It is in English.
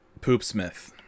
Poopsmith